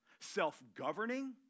self-governing